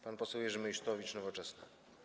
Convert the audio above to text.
Pan poseł Jerzy Meysztowicz, Nowoczesna.